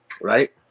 right